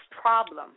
problem